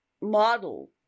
model